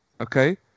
Okay